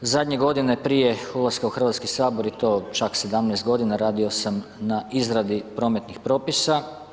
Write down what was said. Zadnje godine prije ulaska u Hrvatski sabor je to čak 17 g., radio sam na izradi prometnih propisa.